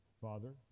Father